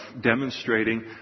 demonstrating